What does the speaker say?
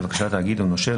לבקשת תאגיד או נושה,